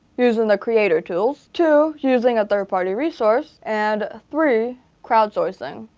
using the creator tools, two, using a third party resource, and three, crowdsourcing.